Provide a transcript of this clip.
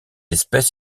espèce